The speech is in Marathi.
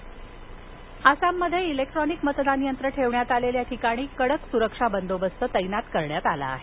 आसाम आसाममध्ये इलेक्ट्रॉनिक मतदान यंत्र ठेवण्यात आलेल्या ठिकाणी कडक सुरक्षा बंदोबस्त तैनातकरण्यात आला आहे